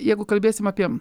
jeigu kalbėsim apie